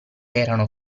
erano